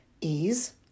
ease